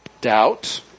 Doubt